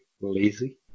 lazy